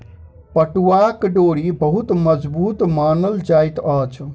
पटुआक डोरी बहुत मजबूत मानल जाइत अछि